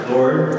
Lord